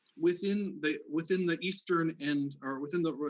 within the within the eastern and, or, within the,